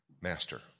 master